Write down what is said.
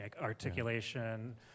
articulation